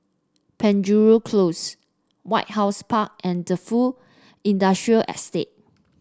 Penjuru Close White House Park and Defu Industrial Estate